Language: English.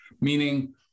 meaning